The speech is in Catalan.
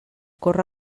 corre